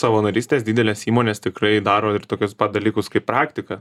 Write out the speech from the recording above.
savo narystės didelės įmonės tikrai daro ir tokius pat dalykus kaip praktika